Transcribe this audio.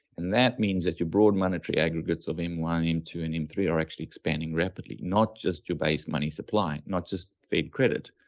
and that means that your broad monetary aggregates of m one, like m two, and m three are actually expanding rapidly, not just your base money supply, not just fed credit.